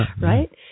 right